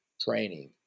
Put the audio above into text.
training